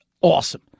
awesome